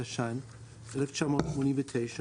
התש"ן-1989,